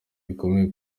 bikomeye